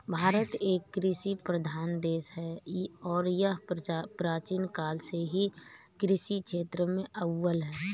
भारत एक कृषि प्रधान देश है और यह प्राचीन काल से ही कृषि क्षेत्र में अव्वल है